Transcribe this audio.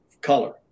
color